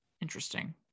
interesting